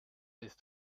jest